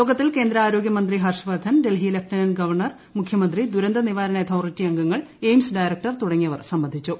യോഗത്തിൽ കേന്ദ്ര ആരോഗ്യമന്ത്രി ഹർഷവർധൻ ഡൽഹി ലെഫ്റ്റനന്റ് ഗവർണർ മുഖ്യമന്ത്രി ദൂരന്ത നിവാരണ അതോറിറ്റി അംഗങ്ങൾ എയിംസ് ഡയറക്ടർ തുടങ്ങിയവർ സംബന്ധിച്ചു